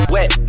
Wet